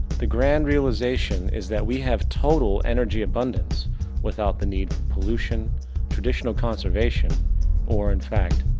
the grand realization is that we have total energy abundance without the need for pollution traditional conservation or, in fact,